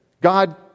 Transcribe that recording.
God